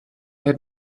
had